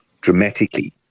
dramatically